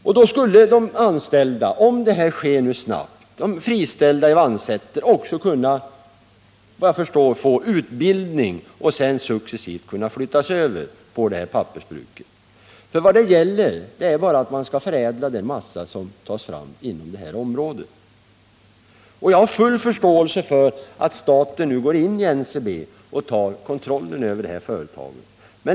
Om utbyggnaden sker snabbt, skulle de friställda i Vansäter också, såvitt jag förstår, kunna få utbildning och sedan undan för undan flyttas över till pappersbruket. Vad det gäller är bara att man skall förädla den massa som tas fram inom det här området. Jag har full förståelse för att staten nu går in i NCB och tar kontrollen över företaget.